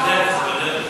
זה בדרך.